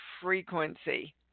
frequency